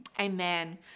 amen